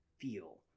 feel